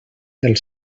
del